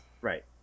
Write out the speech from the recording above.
Right